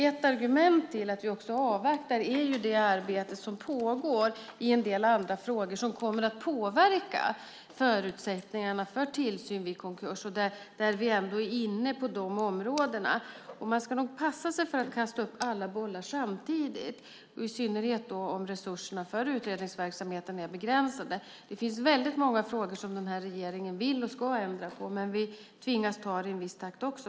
Ett argument för att avvakta är det arbete som pågår i en del andra frågor och som kommer att påverka förutsättningarna för tillsyn vid konkurs. Där är vi ändå inne på de områdena, och man ska nog passa sig för att kasta upp alla bollar samtidigt, i synnerhet om resurserna för utredningsverksamhet är begränsade. Det finns väldigt många frågor där den här regeringen vill och ska ändra, men vi tvingas ta det i en viss takt.